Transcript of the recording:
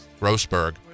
Grossberg